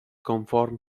conform